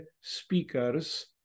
speakers